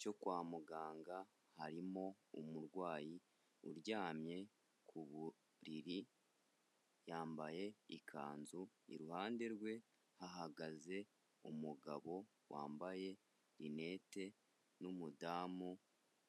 Cyo kwa muganga harimo umurwayi uryamye ku buriri yambaye ikanzu, iruhande rwe ahagaze umugabo wambaye linete n'umudamu